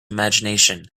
imagination